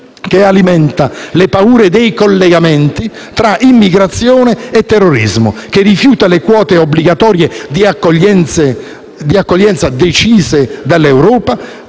che alimenta le paure dei collegamenti tra immigrazione e terrorismo, che rifiuta le quote obbligatorie di accoglienza decise dall'Europa,